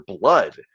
blood